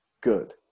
Good